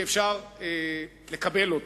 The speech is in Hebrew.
שאפשר לקבל אותה.